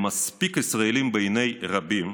למספיק ישראלים בעיני רבים,